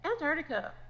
Antarctica